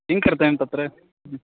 किं कर्तव्यं तत्र ह्म्